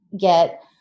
get